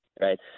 Right